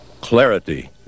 Clarity